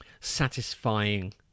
satisfying